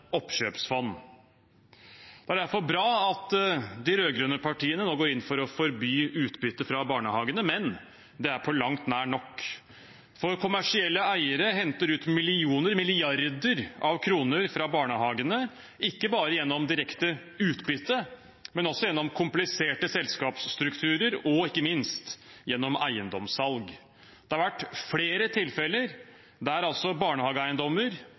oppkjøpsfond. Det er derfor bra at de rød-grønne partiene nå går inn for å forby utbytte fra barnehagene, men det er på langt nær nok, for kommersielle eiere henter ut milliarder av kroner fra barnehagene, ikke bare gjennom direkte utbytte, men også gjennom kompliserte selskapsstrukturer – og ikke minst gjennom eiendomssalg. Det har vært flere tilfeller der barnehageeiendommer,